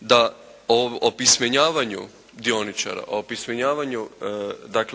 da opismenjivanju dioničara, opismenjivanju